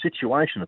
situation